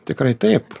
tikrai taip